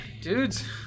dudes